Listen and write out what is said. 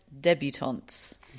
debutantes